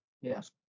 yes